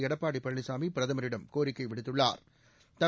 எடப்பாடி பழனிசாமி பிரதமரிடம் கோரிக்கை விடுத்துள்ளாா்